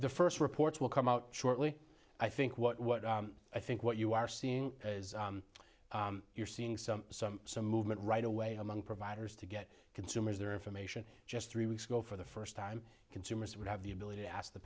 the first reports will come out shortly i think what i think what you are seeing is you're seeing some some some movement right away among providers to get consumers their information just three weeks ago for the first time consumers would have the ability to ask the